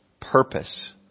purpose